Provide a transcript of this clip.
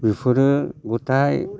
बिफोरो गथाय